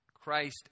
Christ